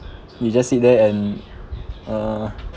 you just sit there and uh